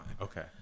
Okay